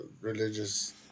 religious